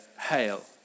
Hail